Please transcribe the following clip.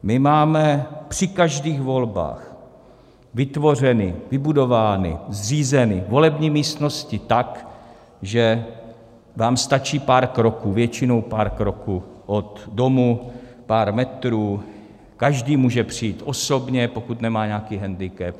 My máme při každých volbách vytvořeny, vybudovány, zřízeny volební místnosti tak, že vám stačí pár kroků, většinou pár kroků, od domu, pár metrů, každý může přijít osobně, pokud nemá nějaký hendikep.